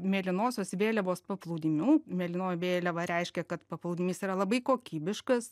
mėlynosios vėliavos paplūdimių mėlynoji vėliava reiškia kad paplūdimys yra labai kokybiškas